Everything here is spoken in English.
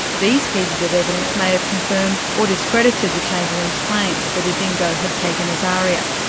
these pieces of evidence my have confirmed or discredited the chamberlains' claims that a dingo had taken azaria,